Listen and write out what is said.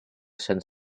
cent